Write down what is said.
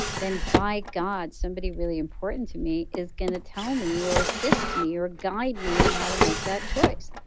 then, by god, somebody really important to me is going to tell me or assist me or guide me on how to make that choice.